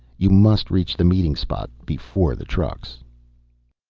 you must reach the meeting spot before the trucks.